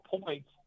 points